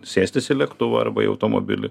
sėstis į lėktuvą arba į automobilį